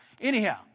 anyhow